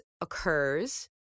occurs